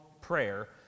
prayer